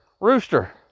rooster